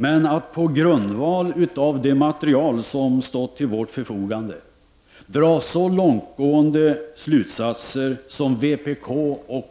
Men att på grundval av det material som stått till vårt förfogande dra så långtgående slutsatser som vpk och